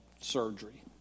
surgery